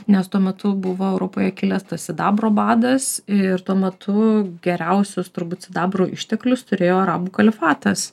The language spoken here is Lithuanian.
nes tuo metu buvo europoje kilęs tas sidabro badas ir tuo metu geriausius turbūt sidabro išteklius turėjo arabų kalifatas